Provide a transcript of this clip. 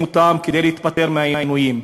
כדי להיפטר מהעינויים,